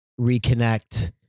reconnect